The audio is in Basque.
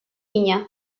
mina